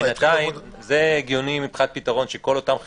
זה הגיוני מבחינת פתרון שכל אותם חיקוקים,